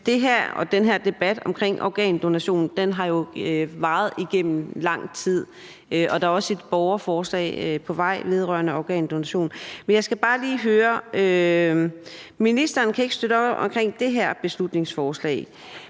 for det. Den her debat omkring organdonation har jo varet i lang tid, og der er også et borgerforslag på vej vedrørende organdonation. Men jeg har bare lige et spørgsmål. Ministeren kan ikke støtte op omkring det her beslutningsforslag,